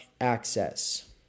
access